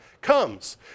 comes